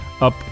up